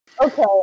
Okay